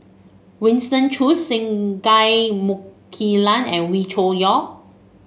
Winston Choos Singai Mukilan and Wee Cho Yaw